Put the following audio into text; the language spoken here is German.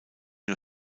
nur